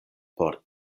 por